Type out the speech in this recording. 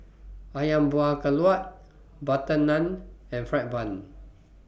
Ayam Buah Keluak Butter Naan and Fried Bun